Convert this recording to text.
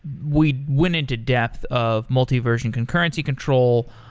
we went into depth of multi-version concurrency control,